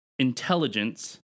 intelligence